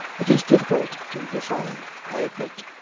it is difficult to define, i admit.